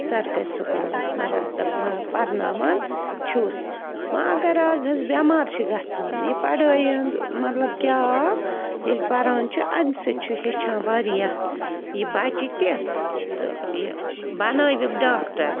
سرکٲرۍ سکوٗلس مگر دَ ما پرناوان چھُس وۅنۍ اگر اَز حظ بٮ۪مار چھِ گَژھان یہِ پَڑٲے ہُنٛد مطلب کیٛاہ آو ییٚلہِ پَران چھُ اَمہِ سٍتۍ چھُ ہیٚچھان وارِیاہ یہِ بچہٕ تہِ تہٕ یہِ بناوِکھ ڈاکٹر